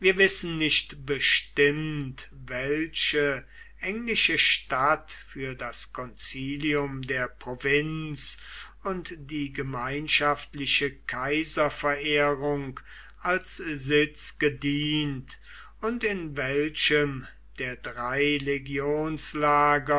wissen nicht bestimmt welche englische stadt für das concilium der provinz und die gemeinschaftliche kaiserverehrung als sitz gedient und in welchem der drei